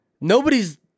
Nobody's